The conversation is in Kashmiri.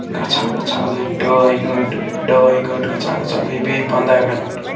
گژھان گژھان گٔے ڈاے گٲنٛٹہٕ ڈاے گٲنٛٹہٕ گژھان گژھان گٔے بیٚیہِ پنٛداہ مِنَٹ